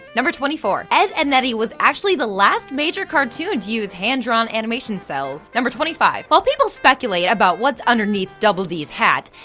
number twenty four. ed, edd n eddy was actually the last major cartoon to use hand drawn animation cells. number twenty five. while people speculate about what's underneath double d's hat,